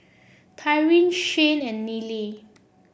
Tyrin Shane and Neely